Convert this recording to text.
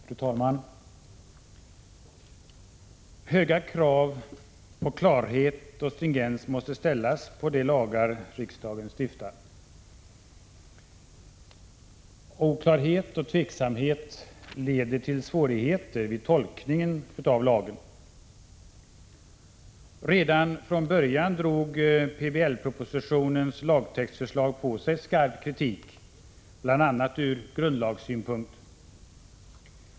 Fru talman! Höga krav på klarhet och stringens måste ställas på de lagar riksdagen stiftar. Oklarheter och tveksamhet leder till svårigheter vid tolkningen av lagen. Redan från början drog PBL-propositionens lagtextförslag på sig skarp kritik bl.a. ur grundlagssynpunkt.